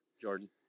jordan